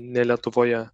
ne lietuvoje